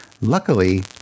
Luckily